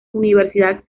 universidad